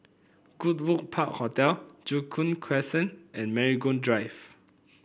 Goodwood Park Hotel Joo Koon Crescent and Marigold Drive